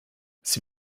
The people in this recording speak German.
sie